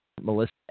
Melissa